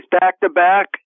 back-to-back